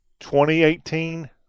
2018